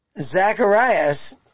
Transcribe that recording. Zacharias